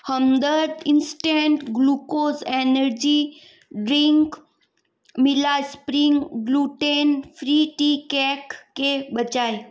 हमदर्द instant glucose energy drink मिला spring gluten free tea cake के बजाय